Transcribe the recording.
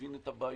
מבין את הבעיות,